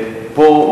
פה,